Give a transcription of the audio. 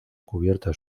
cubierta